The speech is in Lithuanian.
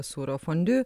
sūrio fondiu